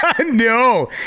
No